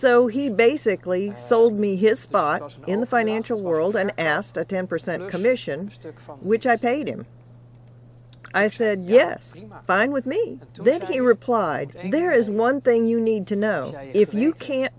so he basically sold me his spot in the financial world and asked a ten percent commission sticks which i paid him i said yes fine with me then he replied there is one thing you need to know if you can't